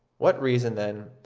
what reason, then,